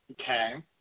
Okay